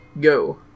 go